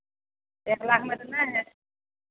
एक लाखमे तऽ नहि हैत